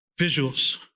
visuals